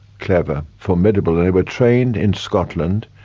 clever, formidable and they were trained in scotland,